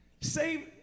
save